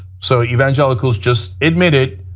so evangelicals, just admit it.